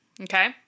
Okay